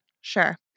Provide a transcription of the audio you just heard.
Sure